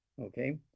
Okay